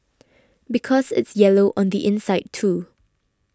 because it's yellow on the inside too